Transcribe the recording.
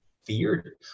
feared